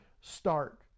start